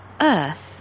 earth